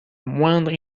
moindre